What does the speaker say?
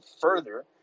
further